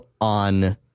on